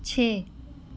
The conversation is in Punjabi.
ਛੇ